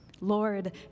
Lord